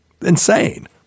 Insane